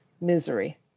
misery